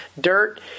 dirt